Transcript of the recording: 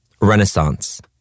Renaissance